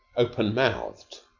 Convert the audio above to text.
open-mouthed.